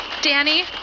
Danny